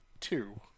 Two